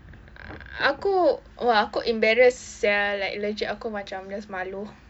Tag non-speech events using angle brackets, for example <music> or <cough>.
<noise> aku !wah! aku embarrassed sia like legit aku macam rasa malu